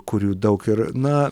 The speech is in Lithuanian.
kurių daug ir na